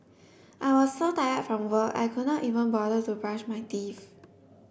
I was so tired from work I could not even bother to brush my teeth